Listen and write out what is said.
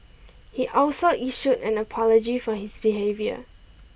he also issued an apology for his behaviour